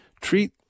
treat